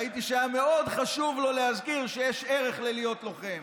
ראיתי שהיה לו מאוד חשוב להזכיר שיש ערך ללהיות לוחם,